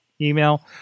email